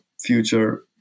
future